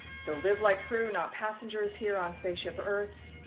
so, live like crew, not passengers here on spaceship earth,